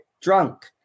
drunk